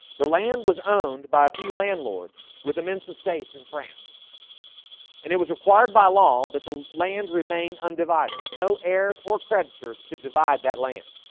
the land was owned by a few landlords with immense estates in france and it was required by law that the land remain undivided no, heirs or creditors could divide that land